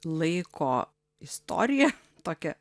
laiko istoriją tokią